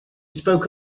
spoke